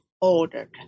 ordered